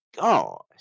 god